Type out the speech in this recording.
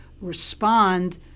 respond